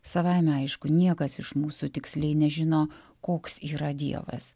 savaime aišku niekas iš mūsų tiksliai nežino koks yra dievas